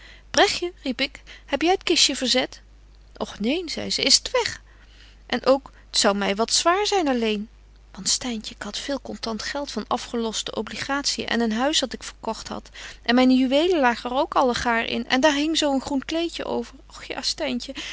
riep ik heb jy t kistje verzet och neen zei ze is t weg en ook t zou my wat zwaar zyn alleen want styntje ik had veel contant geld van afgeloste obligatiën en een huis dat ik verkogt had en myne juwelen lagen er ook allegaar in en daar hing zo een groen kleedje over